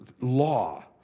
law